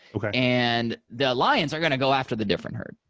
and the lions are going to go after the different herd.